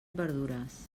verdures